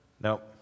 Nope